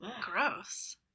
gross